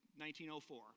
1904